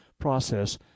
process